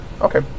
Okay